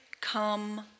come